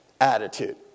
attitude